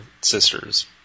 sister's